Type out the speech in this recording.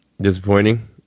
Disappointing